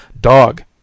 dog